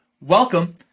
Welcome